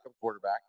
quarterback